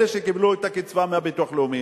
אלה שקיבלו את הקצבה מביטוח לאומי,